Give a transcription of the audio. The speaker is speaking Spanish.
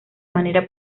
manera